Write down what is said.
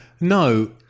No